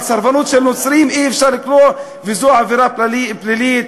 אבל לסרבנות של נוצרים אי-אפשר לקרוא וזאת עבירה פלילית?